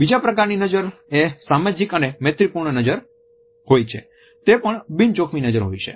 બીજા પ્રકારની નજર એ સામાજિક અને મૈત્રીપૂર્ણ નજર હોય છે તે પણ બિન જોખમી નજર હોય છે